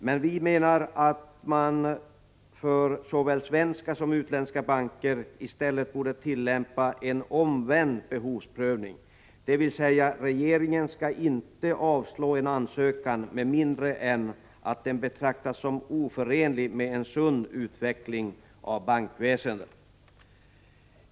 Men vi menar att man för såväl svenska som utländska banker i stället borde tillämpa en omvänd behovsprövning, dvs. regeringen skall inte kunna avslå en ansökan med mindre att den betraktas som oförenlig med en sund utveckling av bankväsendet.